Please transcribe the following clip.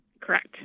Correct